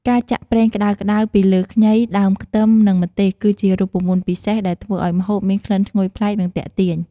ការចាក់ប្រេងក្តៅៗពីលើខ្ញី ដើមខ្ទឹម និងម្ទេស គឺជារូបមន្តពិសេសដែលធ្វើឲ្យម្ហូបមានក្លិនឈ្ងុយប្លែក និងទាក់ទាញ។